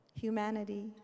humanity